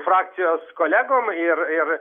frakcijos kolegom ir ir